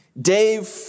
Dave